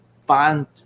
find